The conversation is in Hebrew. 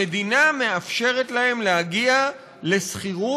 המדינה מאפשרת להם להגיע לשכירות,